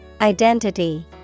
Identity